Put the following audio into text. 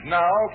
now